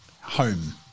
home